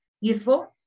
useful